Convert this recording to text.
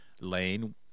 lane